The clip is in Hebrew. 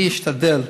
אני אשתדל,